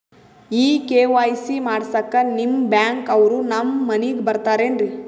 ಈ ಕೆ.ವೈ.ಸಿ ಮಾಡಸಕ್ಕ ನಿಮ ಬ್ಯಾಂಕ ಅವ್ರು ನಮ್ ಮನಿಗ ಬರತಾರೆನ್ರಿ?